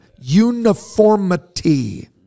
uniformity